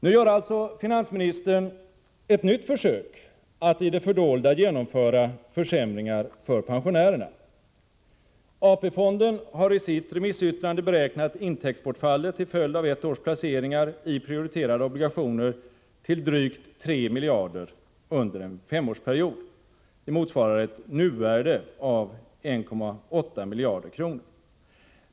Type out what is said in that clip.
Nu gör finansministern ett nytt försök att i det fördolda genomföra försämringar för pensionärerna. AP-fonden har i sitt remissyttrande beräknat intäktsbortfallet till följd av ett års placeringar i prioriterade obligationer till drygt 3 miljarder kronor under en femårsperiod. Det motsvarar ett nuvärde av 1,8 miljarder kronor.